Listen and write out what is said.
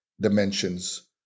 dimensions